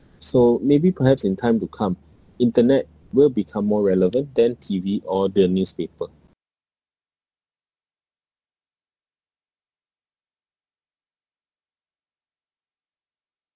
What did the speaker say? so maybe perhaps in time to come internet will become more relevant than T_V or the newspaper